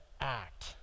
act